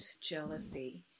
jealousy